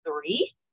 three